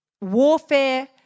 warfare